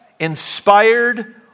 Inspired